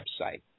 website